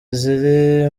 ziri